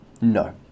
No